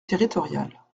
territoriales